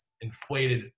inflated